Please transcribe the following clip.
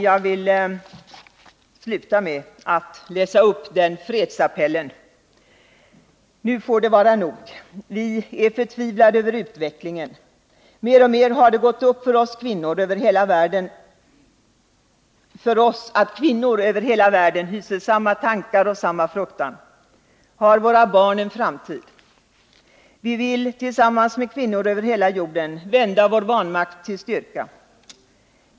Jag citerar ur fredsappellen: ”Nu får det vara nog! Vi är förtvivlade över utvecklingen. Mer och mer har det gått upp för oss att kvinnor över hela världen hyser samma tankar och samma fruktan: Har våra barn en framtid? Vi vill — tillsammans med kvinnor över hela jorden — vända vår vanmakt till styrka.